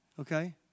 okay